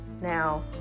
Now